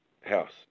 house